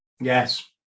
Yes